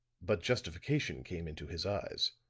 but justification came into his eyes,